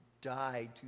died